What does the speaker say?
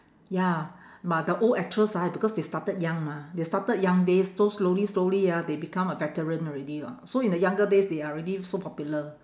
ya but the old actress ah because they started young mah they started young days so slowly slowly ah they become an veteran already [what] so in the younger days they are already so popular